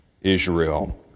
Israel